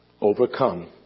overcome